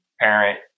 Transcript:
parent